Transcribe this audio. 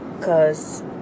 cause